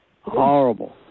Horrible